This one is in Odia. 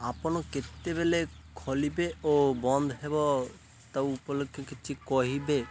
ଆପଣ କେତେବେଳେ ଖୋଲିବେ ଓ ବନ୍ଦ ହେବ ତା ଉପଲକ୍ଷେ କିଛି କହିବେ